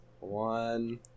One